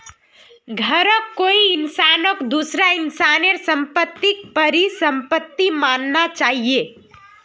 घरौंक कोई इंसानक दूसरा इंसानेर सम्पत्तिक परिसम्पत्ति मानना चाहिये